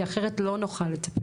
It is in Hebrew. כי אחרת לא נוכל לטפל.